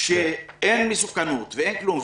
שאין מסוכנות ואין כלום,